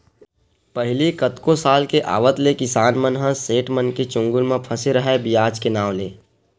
पहिली कतको साल के आवत ले किसान मन ह सेठ मनके चुगुल म फसे राहय बियाज के नांव ले